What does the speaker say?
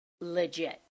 legit